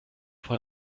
von